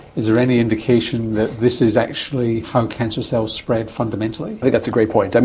is there any indication that this is actually how cancer cells spread fundamentally? like that's a great point. and